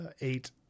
eight